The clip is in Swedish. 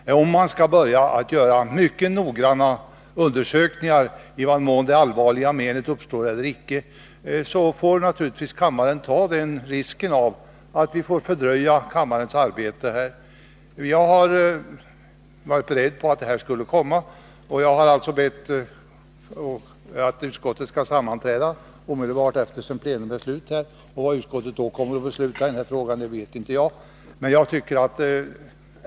Men om man skall börja göra mycket noggranna undersökningar i vad mån allvarliga men uppstår eller icke, så får naturligtvis kammaren ta risken att vi får fördröja kammarens arbete. Jag har varit beredd på att detta skulle komma. Jag har bett att utskottet skall sammanträda omedelbart sedan plenum är slut. Vad utskottet då kommer att besluta i denna fråga vet inte Nr 53 jag.